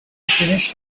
finished